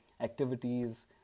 activities